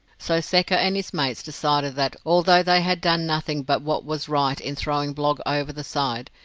so secker and his mates decided that, although they had done nothing but what was right in throwing blogg over the side,